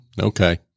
Okay